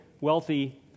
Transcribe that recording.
wealthy